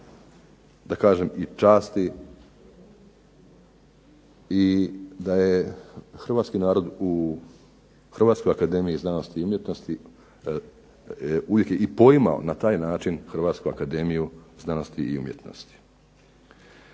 da kažem i časti i da je Hrvatski narod u Hrvatskoj akademiji znanosti i umjetnosti uvijek i poimao na taj način Hrvatsku akademiju znanosti i umjetnosti.